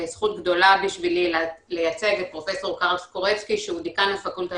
זכות גדולה בשבילי לייצג את פרופ' קרלס קורצקי שהוא דיקן הפקולטה